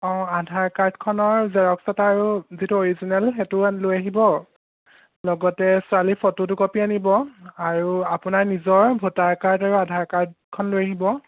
অঁ আধাৰ কাৰ্ডখনৰ জেৰক্স এটা আৰু যিটো অৰিজিনেল হেইটোও লৈ আহিব লগতে ছোৱালীৰ ফটো দুকপি আনিব আৰু আপোনাৰ নিজৰ ভোটাৰ কাৰ্ড আৰু আধাৰ কাৰ্ডখন লৈ আহিব